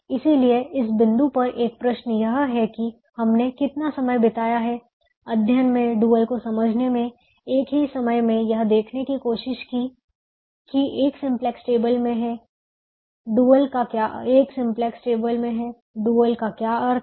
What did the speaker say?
इसलिए इस बिंदु पर एक प्रश्न यह है कि हमने कितना समय बिताया है अध्ययन में डुअल को समझने में एक ही समय में यह देखने की कोशिश की कि डुअल एक सिंपलेक्स टेबल में है डुअल का क्या अर्थ है